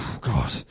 God